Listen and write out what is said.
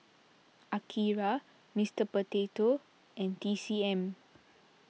Akira Mister Potato and T C M